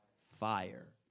fire